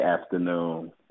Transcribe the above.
afternoon